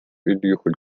üldjuhul